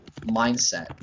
mindset